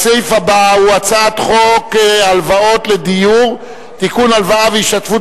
הצעת חוק הלוואות לדיור (תיקון, הלוואה והשתתפות